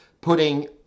putting